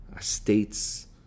States